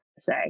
say